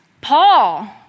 Paul